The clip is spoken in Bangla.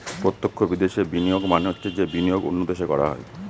প্রত্যক্ষ বিদেশে বিনিয়োগ মানে হচ্ছে যে বিনিয়োগ অন্য দেশে করা হয়